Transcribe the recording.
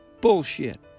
Bullshit